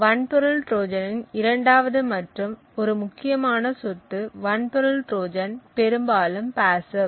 வன்பொருள் ட்ரோஜனின் இரண்டாவது மற்றும் ஒரு முக்கியமான சொத்து வன்பொருள் ட்ரோஜன் பெரும்பாலும் பாசிவ்